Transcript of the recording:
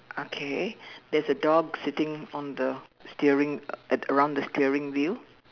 okay there's a dog sitting on the steering at around the steering wheel